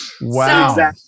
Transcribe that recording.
Wow